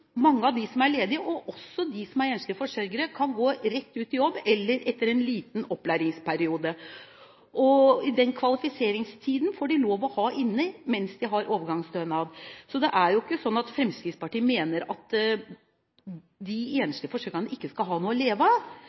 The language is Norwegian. mange av dem som er ledige – også av dem som er enslige forsørgere – kan gå rett ut i jobb, eller gå ut i jobb etter en kort opplæringsperiode. Og den kvalifiseringstiden får de lov til å ha mens de har overgangsstønad. Fremskrittspartiet mener jo ikke at enslige forsørgere ikke skal ha noe å leve av;